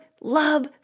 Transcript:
love